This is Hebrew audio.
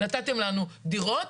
נתתם לנו דירות.